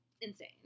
insane